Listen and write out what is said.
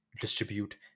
distribute